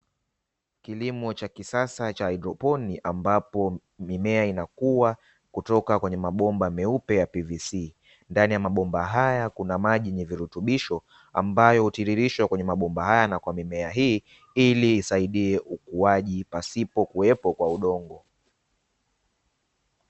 Kilimo cha kisasa cha hydroponi ambapo mimea inakuwa kutoka kwenye mabomba meupe ya PVC ndani ya mabomba haya kuna maji yenye virutubisho ambayo hutirirshwa kwenye mabomba haya na kwa mimea hii ili isaidie ukuaji pasipo kuwepo kwa udongo.